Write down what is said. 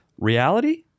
Reality